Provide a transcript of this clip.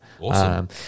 Awesome